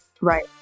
Right